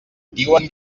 diuen